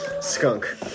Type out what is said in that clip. skunk